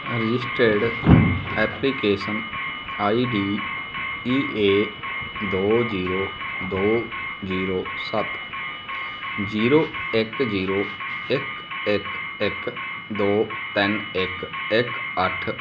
registered application ID E A ਦੋ zero ਦੋ zero ਸੱਤ ਜੀਰੋ ਇੱਕ ਜੀਰੋ ਇੱਕ ਇੱਕ ਇੱਕ ਦੋ ਤਿੰਨ ਇੱਕ ਇੱਕ ਅੱਠ